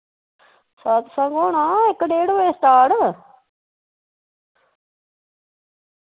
सतसंग होना इक डेढ़ बजे स्टार्ट